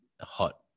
hot